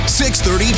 6.30